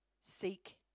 Seek